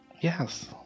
Yes